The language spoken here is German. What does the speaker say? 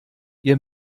ihr